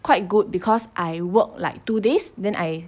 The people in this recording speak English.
quite good because I work like two days then I